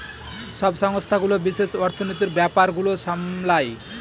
সব সংস্থাগুলো বিশেষ অর্থনীতির ব্যাপার গুলো সামলায়